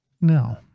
No